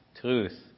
truth